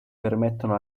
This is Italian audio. permettono